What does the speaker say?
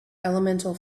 elemental